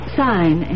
sign